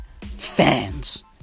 fans